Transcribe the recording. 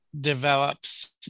develops